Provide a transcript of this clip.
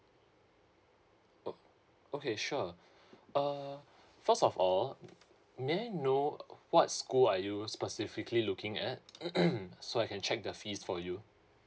oh okay sure uh first of all may I know uh what school are you specifically looking at so I can check the fees for you